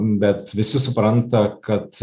bet visi supranta kad